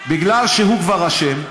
כי הוא כבר אשם.